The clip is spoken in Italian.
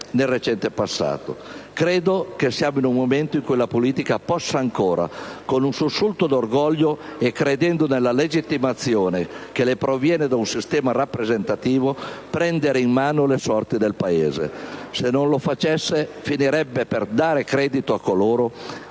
nel recente passato. Credo che siamo in un momento in cui la politica può ancora, con un sussulto di orgoglio e credendo nella legittimazione che le proviene da un sistema rappresentativo, prendere in mano le sorti del Paese. Se non lo facesse finirebbe per dare credito a coloro